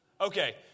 Okay